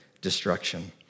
destruction